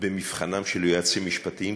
במבחנם של יועצים משפטיים,